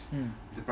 mmhmm